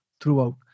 throughout